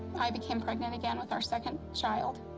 i became pregnant again with our second child.